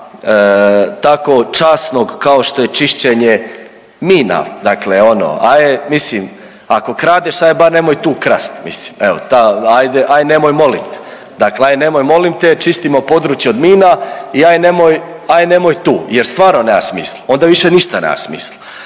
tako časnog kao što je čišćenje mina. Dakle, ono mislim ako kradeš hajde bar nemoj tu krasti mislim. Evo ta, ajd' nemoj molim te! Dakle, ajd' nemoj molim te, čistimo područje od mina i ajd' nemoj tu, jer stvarno nema smisla, onda više ništa nema smisla.